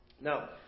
Now